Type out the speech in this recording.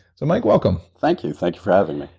so mike, welcome. thank you. thank you for having me.